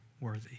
worthy